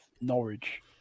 Norwich